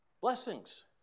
blessings